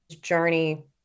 journey